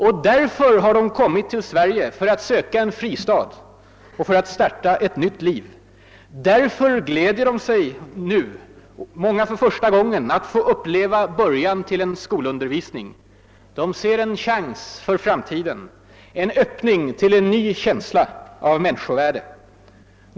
Och därför har de kommit till Sverige för att söka en fristad och starta ett nytt liv. Därför gläder de sig åt att nu, många för första gången, få uppleva början till en skolundervisning. De ser en chans för framtiden, en öppning till en ny känsla av människovärde.